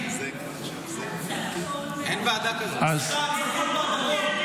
כי הצעת חוק הרשויות המקומיות (מימון בחירות)